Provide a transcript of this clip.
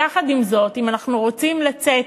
יחד עם זאת, אם אנחנו רוצים לצאת